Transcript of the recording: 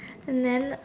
and then